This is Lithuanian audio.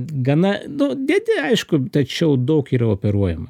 gana nu dedi aišku tačiau daug yra operuojama